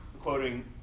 quoting